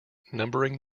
numbering